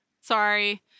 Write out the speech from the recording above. Sorry